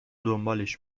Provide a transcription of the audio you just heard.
دنبالش